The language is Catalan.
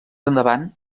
endavant